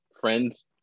friends